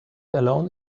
alone